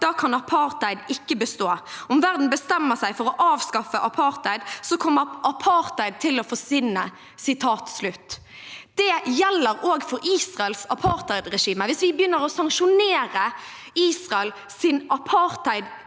kan apartheid ikke bestå. Om verden bestemmer seg for å avskaffe apartheid, kommer apartheid til å forsvinne. Det gjelder også for Israels apartheidregime. Hvis vi begynner å sanksjonere Israels apartheidpolitikk